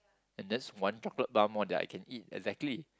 and that's one chocolate bar more than I can eat exactly